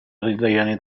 لديها